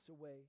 away